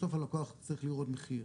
בסוף הלקוח צריך לראות מחיר.